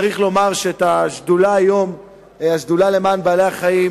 צריך לומר שאת השדולה למען בעלי-החיים